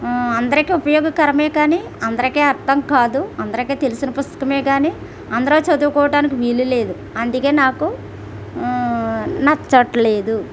అందరికి ఉపయోగకరం కానీ అందరికి అర్థం కాదు అందరికి తెలిసిన పుస్తకం కానీ అందరు చదువుకోవడానికి వీలు లేదు అందుకని నాకు నచ్చట్లేదు